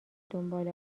دنبال